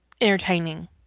entertaining